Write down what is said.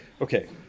okay